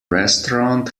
restaurant